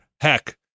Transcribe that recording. Heck